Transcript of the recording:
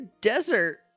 desert